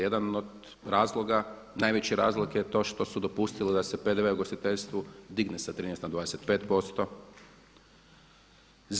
Jedan od razloga, najveći razlog je to što su dopustili da se PDV u ugostiteljstvu digne s 13 na 25 posto.